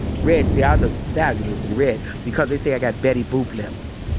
red. see, ah i look fabulous in red because they say i got betty boop lips